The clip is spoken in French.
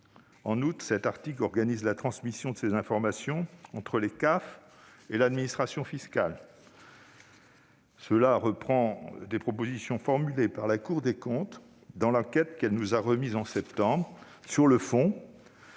En outre, cet article organise la transmission de ces informations entre les CAF et l'administration fiscale. Cela reprend des propositions formulées par la Cour des comptes dans l'enquête qu'elle nous a remise en septembre. Sur le fond,